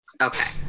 Okay